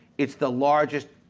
it's the largest